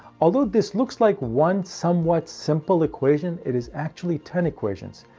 although this looks like one somewhat simple equation. it is actually ten equations,